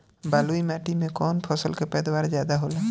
बालुई माटी में कौन फसल के पैदावार ज्यादा होला?